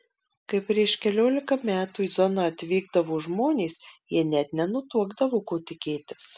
kai prieš keliolika metų į zoną atvykdavo žmonės jie net nenutuokdavo ko tikėtis